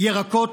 ירקות,